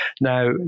Now